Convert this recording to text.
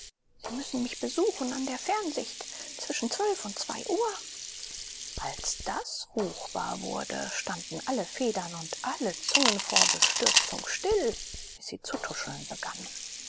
sie müssen mich besuchen an der fernsicht zwischen und uhr als das ruchbar wurde standen alle federn und alle zungen vor bestürzung still bis sie zu tuscheln begannen